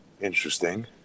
interesting